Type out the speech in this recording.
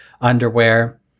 underwear